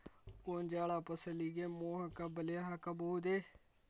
ಗೋಂಜಾಳ ಫಸಲಿಗೆ ಮೋಹಕ ಬಲೆ ಹಾಕಬಹುದೇ?